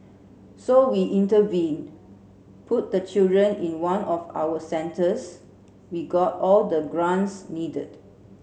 so we intervened put the children in one of our centres we got all the grants needed